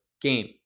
game